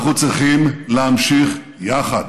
אנחנו צריכים להמשיך יחד.